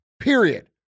Period